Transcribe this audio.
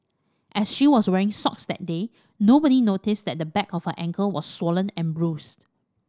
as she was wearing socks that day nobody noticed that the back of her ankle was swollen and bruised